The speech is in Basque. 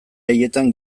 haietan